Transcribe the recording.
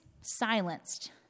silenced